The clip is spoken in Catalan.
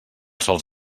sols